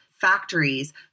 factories